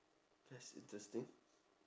that's interesting